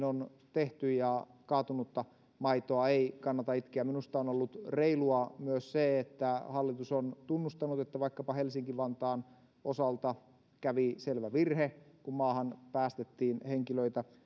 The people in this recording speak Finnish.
on tehty ja kaatunutta maitoa ei kannata itkeä minusta on ollut reilua myös se että hallitus on tunnustanut että vaikkapa helsinki vantaan osalta kävi selvä virhe kun maahan päästettiin henkilöitä